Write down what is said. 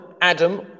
Adam